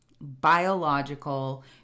biological